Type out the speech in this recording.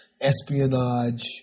espionage